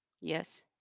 Yes